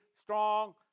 strong